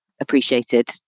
appreciated